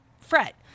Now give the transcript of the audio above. fret